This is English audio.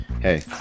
hey